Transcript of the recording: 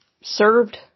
served